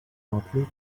outlive